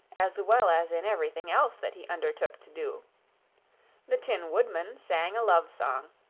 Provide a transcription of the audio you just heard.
as well as in everything else that he undertook to do the tin woodman sang a love song,